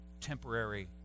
temporary